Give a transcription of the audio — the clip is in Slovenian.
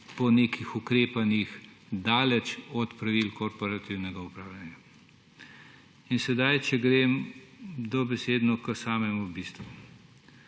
po nekih ukrepih daleč od pravil korporativnega upravljanja. In sedaj, če grem dobesedno k samemu bistvu.